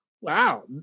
Wow